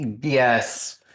Yes